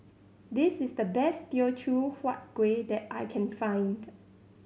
this is the best Teochew Huat Kuih that I can find